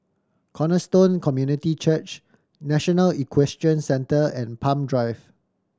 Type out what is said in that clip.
Cornerstone Community Church National Equestrian Centre and Palm Drive